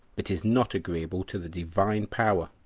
but is not agreeable to the divine power.